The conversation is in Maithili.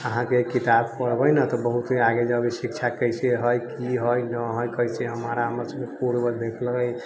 अहाँके ई किताब पढ़बै ने तऽ बहुत आगे जाके शिक्षा कैसे है की है ना है कैसे